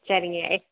சரிங்க எ